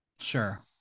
Sure